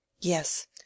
yes